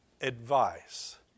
advice